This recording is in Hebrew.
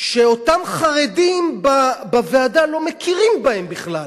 שאותם חרדים בוועדה לא מכירים בהם בכלל,